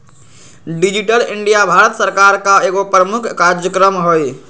digital India Bharat सरकार का एगो प्रमुख काजक्रम हइ